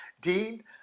Dean